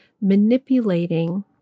manipulating